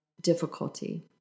difficulty